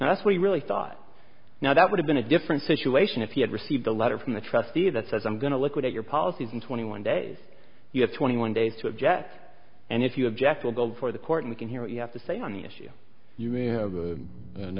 that's what he really thought now that would have been a different situation if he had received a letter from the trustee that says i'm going to liquidate your policies in twenty one days you have twenty one days to object and if you object will go before the court and i can hear what you have to say on the issue you may have